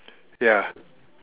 ya